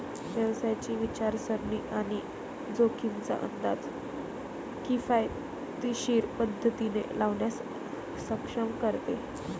व्यवसायाची विचारसरणी आणि जोखमींचा अंदाज किफायतशीर पद्धतीने लावण्यास सक्षम करते